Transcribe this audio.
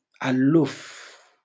aloof